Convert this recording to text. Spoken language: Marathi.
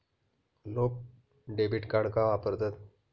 लोक डेबिट कार्ड का वापरतात?